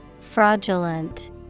Fraudulent